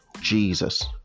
Jesus